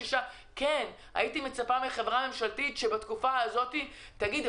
הייתי מצפה מחברה ממשלתית לספק כמה